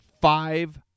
five